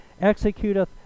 executeth